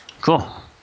Cool